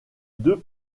deux